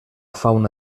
fauna